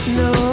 no